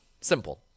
Simple